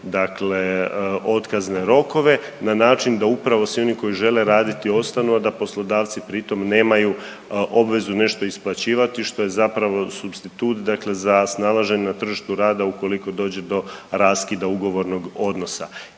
i otkazne rokove na način da upravo svi oni koji žele raditi ostanu, a da poslodavci pri tom nemaju obvezu nešto isplaćivati što je zapravo supstitut za snalaženje na tržištu rada ukoliko dođe do raskida ugovornog odnosa.